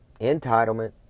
entitlement